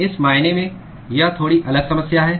तो इस मायने में यह थोड़ी अलग समस्या है